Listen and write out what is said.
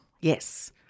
Yes